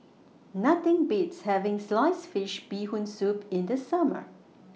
Nothing Beats having Sliced Fish Bee Hoon Soup in The Summer